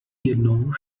jednou